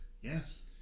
Yes